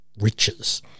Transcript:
riches